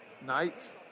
night